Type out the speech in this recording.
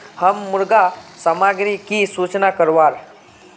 हम मुर्गा सामग्री की सूचना करवार?